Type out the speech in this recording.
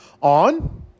on